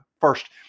first